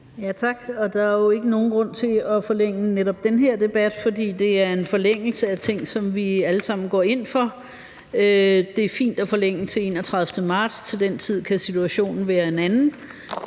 Tak. Der er jo ikke nogen grund til at forlænge netop den her debat, fordi det er en forlængelse af ting, som vi alle sammen går ind for. Det er fint at forlænge til den 31. marts. Til den tid kan situationen være en anden